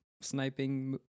sniping